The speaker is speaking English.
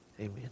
Amen